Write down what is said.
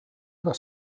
ega